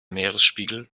meeresspiegel